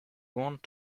want